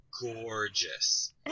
gorgeous